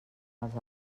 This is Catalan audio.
els